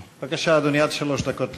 בבקשה, אדוני, עד שלוש דקות לרשותך.